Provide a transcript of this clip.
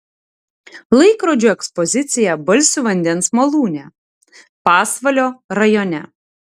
laikrodžių ekspozicija balsių vandens malūne pasvalio rajone